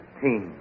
team